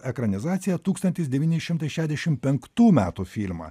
ekranizaciją tūkstantis devyni šimtai šešdešim penktų metų filmą